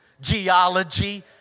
Geology